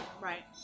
Right